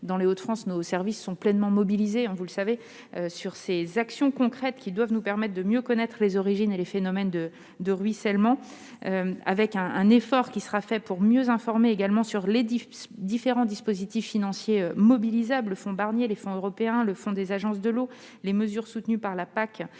Dans les Hauts-de-France, nos services sont pleinement mobilisés sur ces actions concrètes, qui doivent nous permettre de mieux connaître les origines et les phénomènes de ruissellement. En outre, un effort sera engagé pour mieux informer sur les différents dispositifs financiers mobilisables- fonds Barnier, fonds européens, fonds des agences de l'eau, mesures soutenues par la